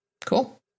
Cool